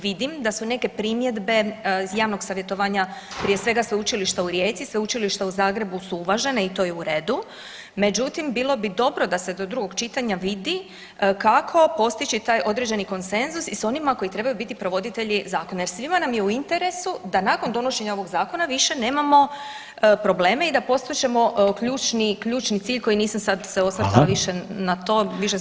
Vidim da su neke primjedbe iz javnog savjetovanja prije svega Sveučilišta u Rijeci, Sveučilišta u Zagrebu su uvažene i to je u redu, međutim bilo bi dobro da se do drugog čitanja vidi kako postići taj određeni konsenzus i s onima koji trebaju biti provoditelji zakona jer svima nam je u interesu da nakon donošenja ovog zakona više nemamo probleme i da postižemo ključni, ključni cilj koji nisam sad se osvrtala [[Upadica: Hvala.]] na to, više sam se fokusirala na